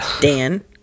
Dan